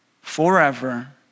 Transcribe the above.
forever